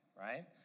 right